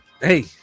hey